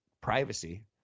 privacy